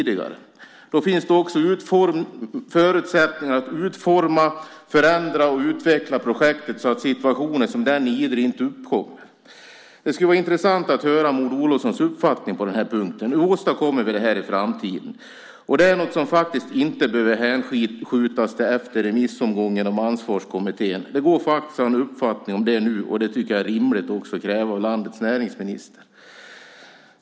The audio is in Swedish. Då finns det också förutsättningar att utforma, förändra och utveckla projektet så att situationer som den i Idre inte uppkommer. Det skulle vara intressant att höra Maud Olofssons uppfattning på den punkten. Hur åstadkommer vi det i framtiden? Det behöver inte hänskjutas till efter det att remissomgången om Ansvarskommittén är klar. Det går att ha en uppfattning om det nu, och jag tycker att det är rimligt att kunna kräva det av landets näringsminister.